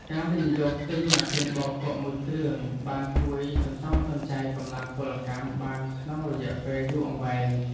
ការវិនិយោគទិញម៉ាស៊ីនបោកគក់មួយគ្រឿងអាចជួយសន្សំសំចៃកម្លាំងពលកម្មបានក្នុងរយៈពេលយូរអង្វែង។